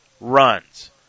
runs